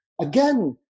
again